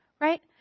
right